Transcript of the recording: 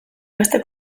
beste